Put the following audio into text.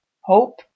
Hope